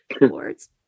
awards